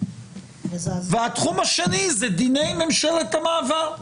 והתחום השני זה דיני ממשלת המעבר.